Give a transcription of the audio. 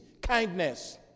kindness